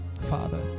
Father